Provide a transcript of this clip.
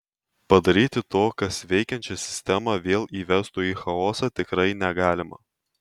padaryti to kas veikiančią sistemą vėl įvestų į chaosą tikrai negalima